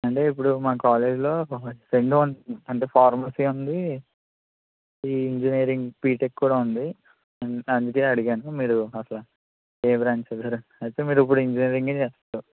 అంటే ఇప్పుడు మా కాలేజీలో రెండు ఉంటాయి అంటే ఫార్మసీ ఉంది ఈ ఇంజనీరింగ్ బీటెక్ కూడా ఉంది అందుకే అడిగాను మీరు అస్సల ఏ బ్రాంచ్ అని అయితే మీరు ఇప్పుడు ఇంజనీరింగ్ ఏ చేస్తారు